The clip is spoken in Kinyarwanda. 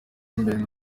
mbere